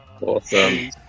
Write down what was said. Awesome